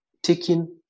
Taking